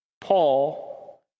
Paul